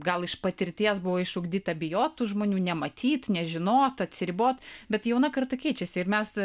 gal iš patirties buvo išugdyta bijot tų žmonių nematyt nežinot atsiribot bet jauna karta keičiasi ir mes